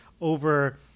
over